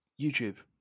YouTube